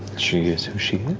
she is who she